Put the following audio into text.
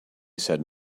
said